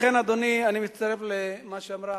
לכן, אדוני, אני מצטרף למה שאמרה